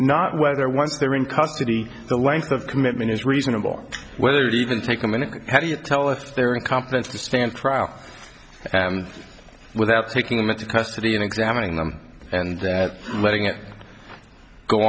not whether once they're in custody the length of commitment is reasonable whether it even take a minute how do you tell if they're incompetent to stand trial without taking them into custody and examining them and that letting it go